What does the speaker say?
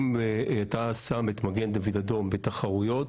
אם אתה שם את מגן דוד אדום בתחרויות,